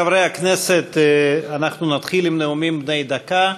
חברי הכנסת, אנחנו נתחיל בנאומים בני דקה.